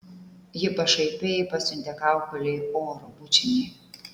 ji pašaipiai pasiuntė kaukolei oro bučinį